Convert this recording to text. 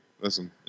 Listen